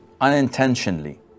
unintentionally